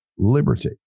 Liberty